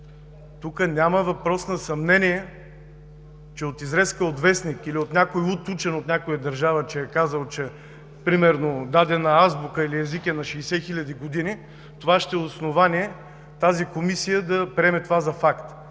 Тук няма въпрос на съмнение, че от изрезка от вестник или някой луд учен от някоя държава е казал, примерно, че дадена азбука или език е на 60 000 години, това ще е основание тази комисия да приеме това за факт.